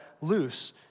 loose